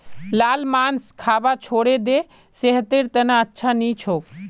लाल मांस खाबा छोड़े दे सेहतेर त न अच्छा नी छोक